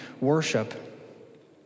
worship